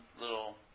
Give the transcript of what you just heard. little